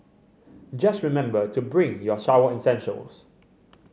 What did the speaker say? just remember to bring your shower essentials